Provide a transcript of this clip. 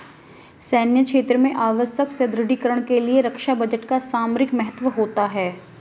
सैन्य क्षेत्र में आवश्यक सुदृढ़ीकरण के लिए रक्षा बजट का सामरिक महत्व होता है